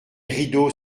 rideaux